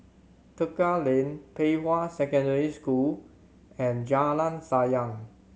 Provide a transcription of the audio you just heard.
Tekka Lane Pei Hwa Secondary School and Jalan Sayang